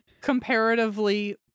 comparatively